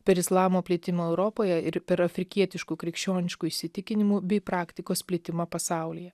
per islamo plitimą europoje ir per afrikietiškų krikščioniškų įsitikinimų bei praktikos plitimą pasaulyje